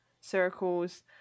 Circles